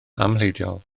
amhleidiol